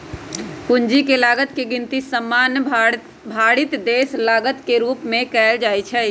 पूंजी के लागत के गिनती सामान्य भारित औसत लागत के रूप में कयल जाइ छइ